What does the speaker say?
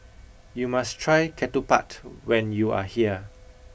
you must try Ketupat when you are here